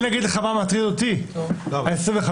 מה שמטריד אותי זה ה-25%.